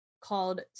called